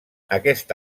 aquest